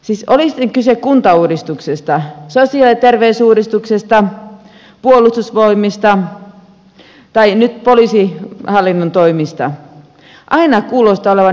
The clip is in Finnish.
siis oli sitten kyse kuntauudistuksesta sosiaali ja terveysuudistuksesta puolustusvoimista tai nyt poliisihallinnon toimista aina kuulostaa olevan ylimääräistä hallintoa